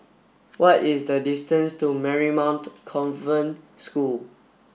what is the distance to Marymount Convent School